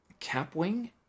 CapWing